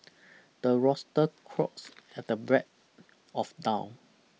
the rooster crows at the bread of down